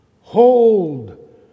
Hold